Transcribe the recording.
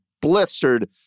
blistered